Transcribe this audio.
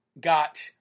got